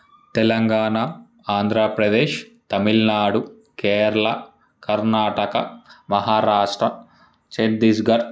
Telangana Andhra Pradesh Tamil Nadu Kerala Karnataka Maharashtra Chhattisgarh